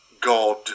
god